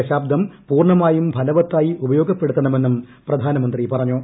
ദശാബ്ദം പൂർണ്ണമായും ഫലവത്തായി ഈ ഉപയോഗപ്പെടുത്തണമെന്നും പ്രധാനമന്ത്രി പറഞ്ഞു